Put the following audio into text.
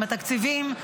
עם התקציבים,